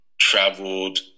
traveled